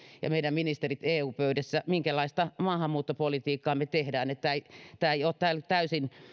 ja meidän ministerimme eu pöydissä vaikuttaa muun muassa siihen minkälaista maahanmuuttopolitiikkaa me teemme tämä ei ole täysin